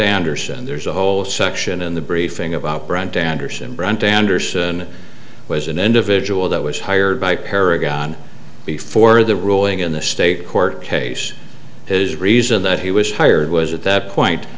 anderson there's a whole section in the briefing about brant anderson and brant anderson was an individual that was hired by paragon before the ruling in the state court case his reason that he was hired was at that point